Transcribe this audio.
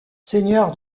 seigneur